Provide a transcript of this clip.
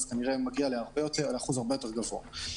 זה כנראה מגיע לאחוז הרבה יותר גבוה.